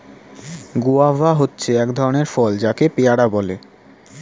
guava হচ্ছে এক ধরণের ফল যাকে পেয়ারা বলে